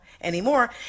anymore